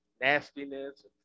nastiness